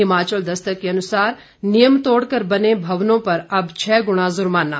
हिमाचल दस्तक के अनुसार नियम तोड़कर बने भवनों पर अब छह गुणा जुर्माना